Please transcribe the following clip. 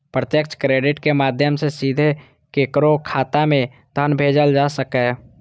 प्रत्यक्ष क्रेडिट के माध्यम सं सीधे केकरो खाता मे धन भेजल जा सकैए